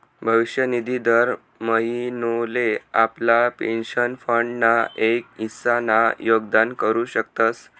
भविष्य निधी दर महिनोले आपला पेंशन फंड ना एक हिस्सा ना योगदान करू शकतस